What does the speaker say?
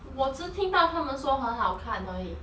我只听到他们说很好看而已